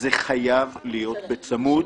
זה חייב להיות בצמוד